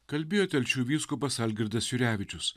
kalbėjo telšių vyskupas algirdas jurevičius